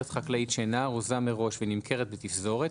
חקלאית שאינה ארוזה מראש ונמכרת בתפזורת,